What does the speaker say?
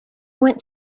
went